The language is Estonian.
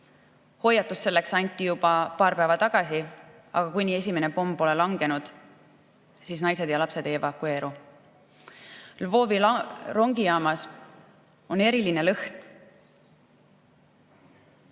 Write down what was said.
Hoiatus selleks anti juba paar päeva tagasi, aga kuni esimene pomm pole langenud, naised ja lapsed ei evakueeru. Lvivi rongijaamas on eriline lõhn.